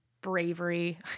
bravery